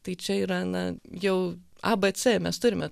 tai čia yra na jau a b c mes turime